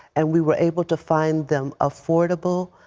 and we were able to find them affordable,